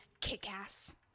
kick-ass